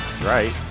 Right